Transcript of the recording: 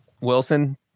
Wilson